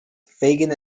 fagin